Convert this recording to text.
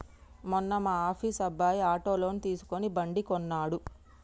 మొన్న మా ఆఫీస్ అబ్బాయి ఆటో లోన్ తీసుకుని బండి కొన్నడు